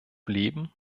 leben